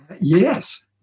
Yes